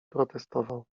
protestował